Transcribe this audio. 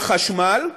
בחשמל,